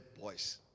boys